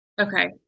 Okay